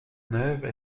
neuve